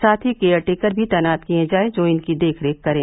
साथ ही केयरटेकर भी तैनात किए जाए जो इनकी देखरेख करें